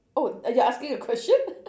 oh are you asking a question